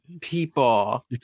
people